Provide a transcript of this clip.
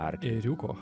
ar ėriuko